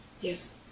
yes